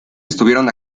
estuvieron